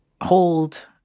hold